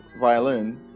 violin